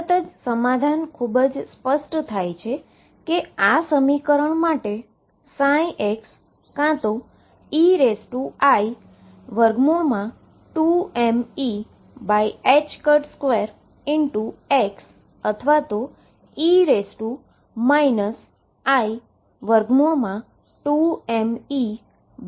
તરત જ સમાધાન ખૂબ સ્પષ્ટ છે કે આ સમીકરણ માટે ψ કાં તોei2mE2x અથવા e i2mE2x હશે